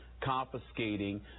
confiscating